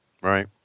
Right